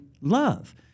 love